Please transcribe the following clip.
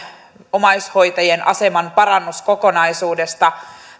omaishoitajien aseman parannuskokonaisuudesta